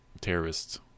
terrorists